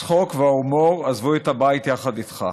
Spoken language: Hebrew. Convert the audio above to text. הצחוק וההומור עזבו את הבית יחד איתך.